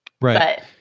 Right